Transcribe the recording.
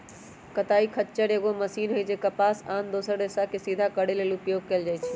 कताइ खच्चर एगो मशीन हइ जे कपास आ आन दोसर रेशाके सिधा करे लेल उपयोग कएल जाइछइ